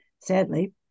sadly